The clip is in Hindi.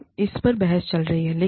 अब इस पर बहस चल रही है